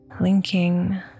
linking